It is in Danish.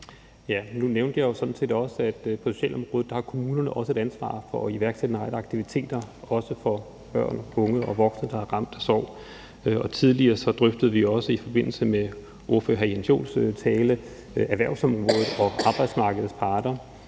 på socialområdet har kommunerne også et ansvar for at iværksætte en række aktiviteter, også for børn, unge og voksne, der er ramt af sorg. Tidligere drøftede vi også i forbindelse med ordfører, hr. Jens Joels tale erhvervsområdet og arbejdsmarkedets parter,